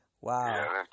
Wow